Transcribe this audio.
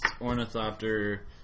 Ornithopter